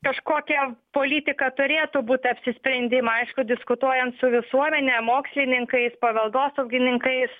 kažkokia politika turėtų būt apsisprendimo aišku diskutuojant su visuomene mokslininkais paveldosaugininkais